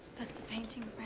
that's the painting